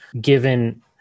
given